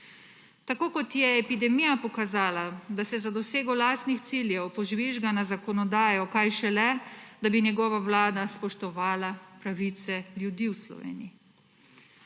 Tako kot je epidemija pokazala, da se za dosego lastnih ciljev požvižga na zakonodajo, kaj šele, da bi njegova vlada spoštovala pravice ljudi v Sloveniji.